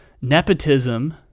nepotism